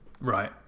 Right